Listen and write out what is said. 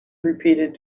repeated